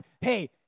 hey